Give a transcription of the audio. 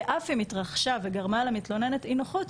ואף אם התרחשה וגרמה למתלוננת אי-נוחות,